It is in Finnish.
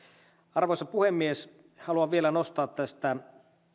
arvoisa puhemies haluan vielä nostaa tästä